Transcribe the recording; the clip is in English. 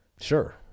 Sure